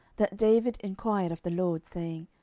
that david enquired of the lord, saying,